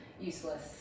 useless